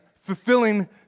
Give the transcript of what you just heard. fulfilling